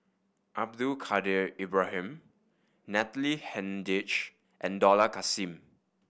Abdul Kadir Ibrahim Natalie Hennedige and Dollah Kassim